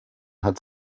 hat